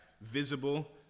visible